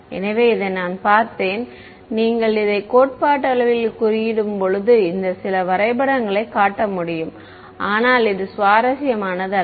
எனவே இதை நான் பார்த்தேன் நீங்கள் இதை கோட்பாட்டளவில் குறியிடும்போது இந்த சில வரைபடங்களைக் காட்ட முடியும் ஆனால் இது சுவாரஸ்யமானது அல்ல